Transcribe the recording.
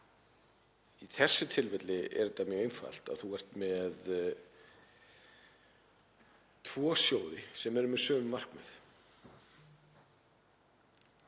Í þessu tilfelli er þetta mjög einfalt. Þú ert með tvo sjóði sem eru með sömu markmið